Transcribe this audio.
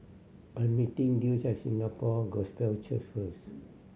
I am meeting Dulce at Singapore Gospel Church first